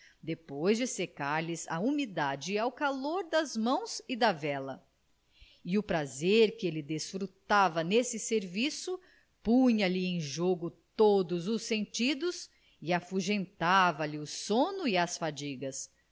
depois de secar lhes a umidade no calor das mãos e da vela e o prazer que ele desfrutava neste serviço punha lhe em jogo todos os sentidos e afugentava lhe o sono e as fadigas